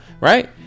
Right